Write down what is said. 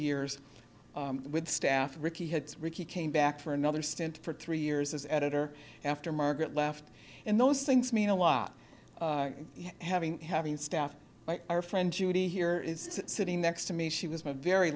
years with staff rickey had ricky came back for another stint for three years as editor after margaret left in those things mean a lot having having staff our friend judy here is sitting next to me she was a very